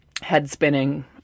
head-spinning